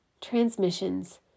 transmissions